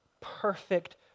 perfect